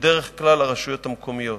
בדרך כלל הרשויות המקומיות.